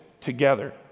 together